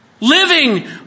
living